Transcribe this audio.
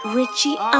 Richie